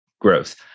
growth